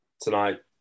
tonight